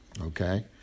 okay